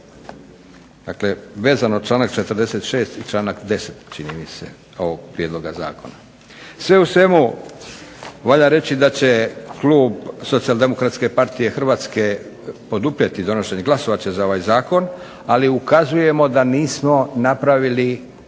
Dakle, vezano članak 46. i članak 10. čini mi se ovoga prijedloga zakona. Sve u svemu, valja reći da će klub Socijal-demokratske partije Hrvatske poduprijeti donošenje, glasovat će za ovaj zakon, ali ukazujemo da nismo napravili